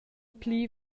pli